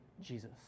Jesus